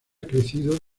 crecido